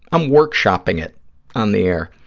i'm workshopping it on the air.